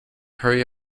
hurry